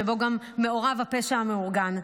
שבו גם מעורב הפשע המאורגן,